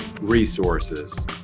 resources